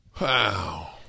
Wow